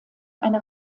eine